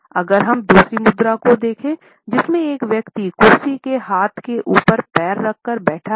अगर हम दूसरी मुद्रा को देखें जिसमें एक व्यक्ति कुर्सी के हाथ के ऊपर पैर रखकर बैठा है